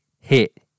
hit